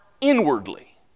inwardly